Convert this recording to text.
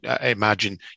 imagine